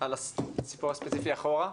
על הסיפור הספציפי אחורה.